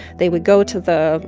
they would go to the,